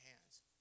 hands